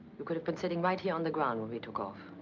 you could have been sitting right here on the ground when we took off.